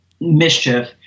mischief